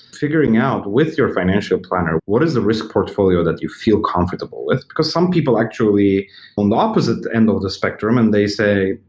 figuring out with your financial planner what is the risk portfolio that you feel comfortable with, because some people actually on the opposite end of the spectrum and they say,